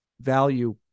value